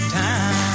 time